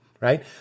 right